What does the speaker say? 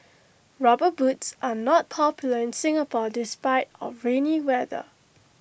rubber boots are not popular in Singapore despite our rainy weather